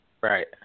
right